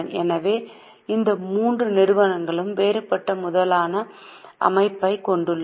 எனவே இந்த மூன்று நிறுவனங்களும் வேறுபட்ட மூலதன அமைப்பைக் கொண்டுள்ளன